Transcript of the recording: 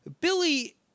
Billy